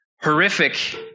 horrific